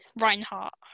Reinhardt